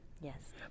Yes